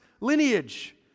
lineage